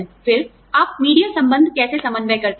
फिर आप मीडिया संबंध कैसे समन्वय करते हैं